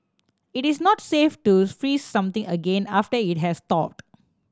it is not safe to freeze something again after it has thawed